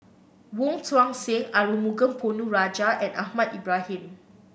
Wong Tuang Seng Arumugam Ponnu Rajah and Ahmad Ibrahim